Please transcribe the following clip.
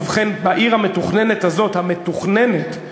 ובכן, בעיר המתוכננת הזאת, המתוכננת,